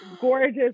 gorgeous